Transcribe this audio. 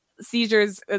seizures